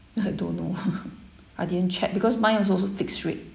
I don't know I didn't check because mine also also fixed rate